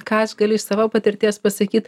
ką aš galiu iš savo patirties pasakyt